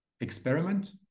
experiment